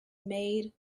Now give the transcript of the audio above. made